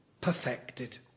perfected